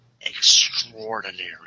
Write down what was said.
extraordinary